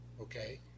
okay